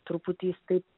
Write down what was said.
truputį jis taip